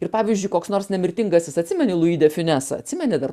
ir pavyzdžiui koks nors nemirtingasis atsimeni lui definesą atsimeni dar